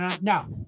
Now